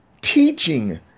teaching